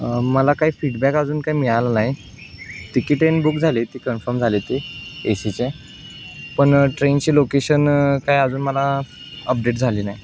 मला काही फीडबॅक अजून काही मिळाला नाही तिकीट एन बुक झाली ती कन्फर्म झाली ती ए सीचे पण ट्रेनची लोकेशन काय अजून मला अपडेट झाली नाही